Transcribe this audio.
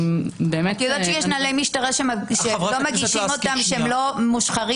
את יודעת שיש נהלי המשטרה שלא מגישים אותם כשהם לא מושחרים,